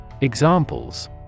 Examples